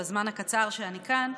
בזמן הקצר שאני כאן,